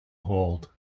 hold